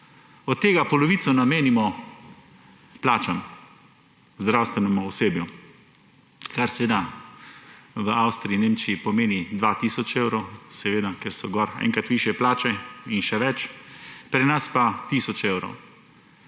Od tega polovico namenimo plačam, zdravstvenemu osebju, kar seveda v Avstriji, Nemčiji pomeni 2 tisoč evrov, ker so gor enkrat višje plače in še več, pri nas pa tisoč evrov.